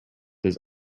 his